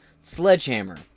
Sledgehammer